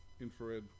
infrared